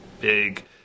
big